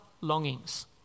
longings